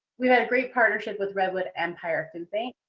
we've had a great partnership with redwood empire food bank.